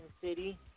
city